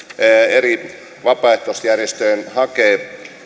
eri vapaaehtoisjärjestöjen hakea